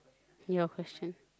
your question